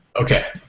Okay